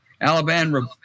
Alabama